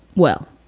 well,